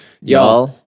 Y'all